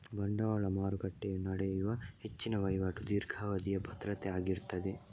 ಬಂಡವಾಳ ಮಾರುಕಟ್ಟೆಯು ನಡೆಸುವ ಹೆಚ್ಚಿನ ವೈವಾಟು ದೀರ್ಘಾವಧಿಯ ಭದ್ರತೆ ಆಗಿರ್ತದೆ